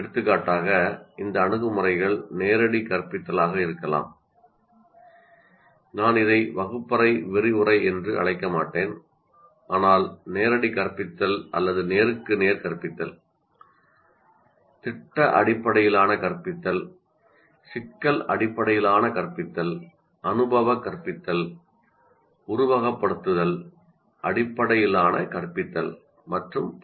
எடுத்துக்காட்டாக இந்த அணுகுமுறைகள் நேரடி கற்பித்தலாக இருக்கலாம் நான் இதை வகுப்பறை விரிவுரை என்று அழைக்க மாட்டேன் ஆனால் நேரடி கற்பித்தல் அல்லது நேருக்கு நேர் கற்பித்தல் திட்ட அடிப்படையிலான கற்பித்தல் சிக்கல் அடிப்படையிலான கற்பித்தல் அனுபவக் கற்றல் உருவகப்படுத்துதல் அடிப்படையிலான கற்பித்தல் மற்றும் பல